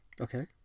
Okay